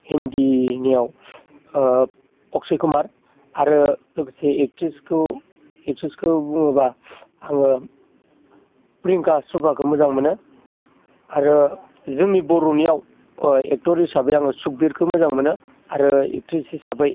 हिन्दीनियाव अक्षय कुमार आरो लोगोसे एक्ट्रिसखौ एक्ट्रिसखौ बुङोबा आङो प्रियंका सफ्राखौ मोजां मोनो आरो जोंनि बर'नियाव एक्टर हिसाबै आङो सुबिरखौ मोजां मोनो आरो एक्ट्रिस हिसाबै